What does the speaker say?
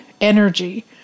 energy